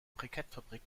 brikettfabrik